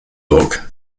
book